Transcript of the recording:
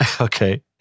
Okay